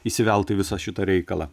įsivelti į visą šitą reikalą